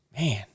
man